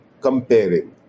comparing